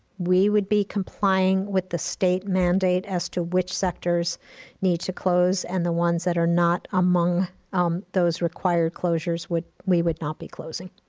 we would be complying with the state mandate as to which sectors need to close, and the ones that are not among um those required closures, we would not be closing.